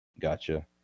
gotcha